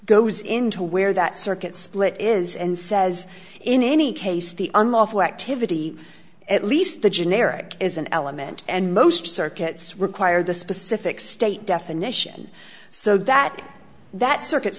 goes into where that circuit split is and says in any case the unlawful activity at least the generic is an element and most circuits require the specific state definition so that that circuit